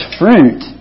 fruit